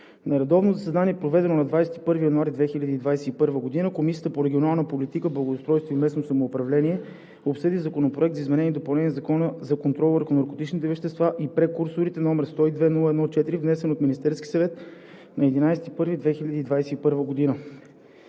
На редовно заседание, проведено на 21 януари 2021 г., Комисията по регионална политика, благоустройство и местно самоуправление обсъди Законопроект за изменение и допълнение на Закона за контрол върху наркотичните вещества и прекурсорите, № 102-01-4, внесен от Министерския съвет на 11 януари 2021 г.